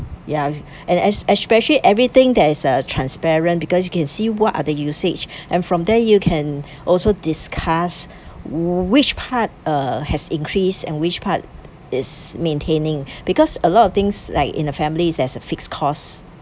ya and es~ especially everything there is uh transparent because you can see what are the usage and from there you can also discuss which part uh has increased and which part is maintaining because a lot of things like in a family there is a fixed cost